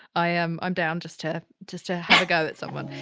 i am um down just to just to, have a go at someone.